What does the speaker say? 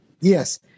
Yes